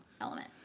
element